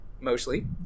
mostly